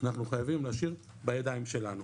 אנחנו חייבים להשאיר בידיים שלנו.